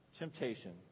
Temptation